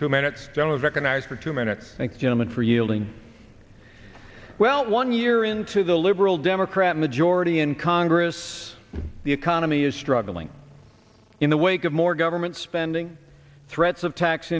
two minutes don't recognize for two minutes and gentleman for yielding well one year into the liberal democrat majority in congress the economy is struggling in the wake of more government spending threats of tax